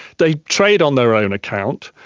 they trade on their own account.